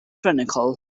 tyrannical